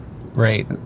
right